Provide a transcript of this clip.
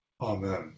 amen